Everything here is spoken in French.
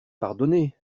pardonner